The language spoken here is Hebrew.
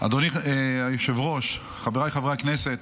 אדוני היושב-ראש, חבריי חברי הכנסת,